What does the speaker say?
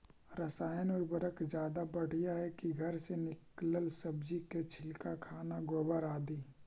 रासायन उर्वरक ज्यादा बढ़िया हैं कि घर से निकलल सब्जी के छिलका, खाना, गोबर, आदि?